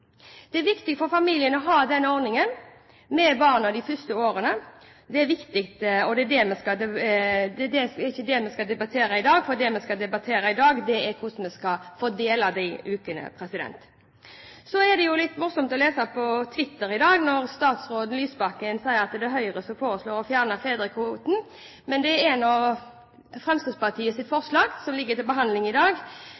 Det er viktig for familiene å ha denne ordningen med barna de første årene, men det er ikke det vi skal debattere i dag. Det vi skal debattere i dag, er hvordan vi skal fordele ukene. Så er det litt morsomt å lese på Twitter i dag at statsråd Lysbakken sier at det er Høyre som foreslår å fjerne fedrekvoten, men det er nå Fremskrittspartiets forslag som ligger til behandling i dag. Det er et forslag som Fremskrittspartiet